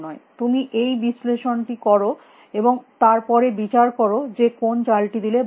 তুমি এই বিশ্লেষণটি কর এবং তার পরে বিচার কর যে কোন চালটি দিলে ভালো হয়